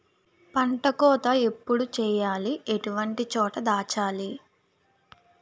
పంట కోత ఎప్పుడు చేయాలి? ఎటువంటి చోట దాచాలి?